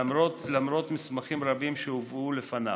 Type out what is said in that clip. למרות מסמכים רבים שהובאו לפניו.